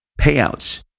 payouts